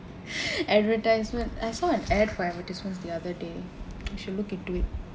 advertisement I saw an ad for advertisements the other day we should look into it